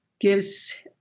gives